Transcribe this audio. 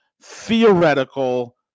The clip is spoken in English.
theoretical